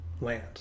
land